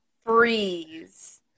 freeze